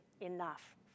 enough